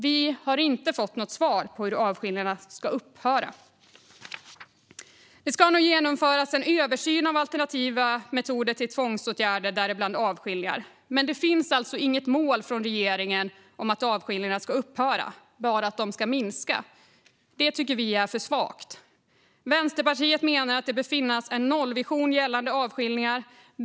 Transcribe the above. Vi har inte fått något svar på hur avskiljningarna ska upphöra. Det ska nu genomföras en översyn av alternativa metoder till tvångsåtgärder, däribland avskiljningar. Men det finns alltså inget mål från regeringen att avskiljningarna ska upphöra, bara att de ska minska. Det tycker vi är för svagt. Vänsterpartiet menar att det bör finnas en nollvision gällande avskiljningar.